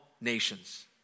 nations